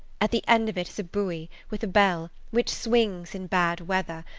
at the end of it is a buoy with a bell, which swings in bad weather,